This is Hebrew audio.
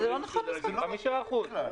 חמישה אחוזים.